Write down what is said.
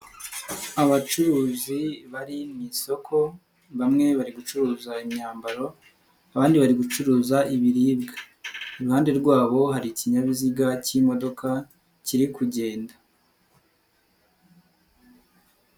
Abacuruzi bari mu isoko bamwe bari gucuruza imyambaro abandi bari gucuruza ibiribwa, iruhande rwabo hari ikinyabiziga cy'imodoka kiri kugenda.